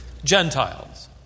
Gentiles